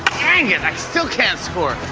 dang it! i still can't score.